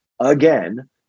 again